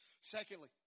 Secondly